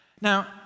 Now